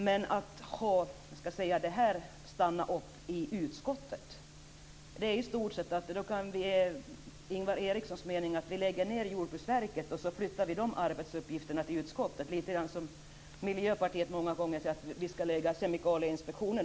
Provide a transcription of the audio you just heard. Men Ingvar Erikssons mening med att stanna upp i utskottet är i stort sett att vi lägger ned Jordbruksverket och flyttar de arbetsuppgifterna till utskottet, litet grand som Miljöpartiet många gånger sagt att vi skall lägga även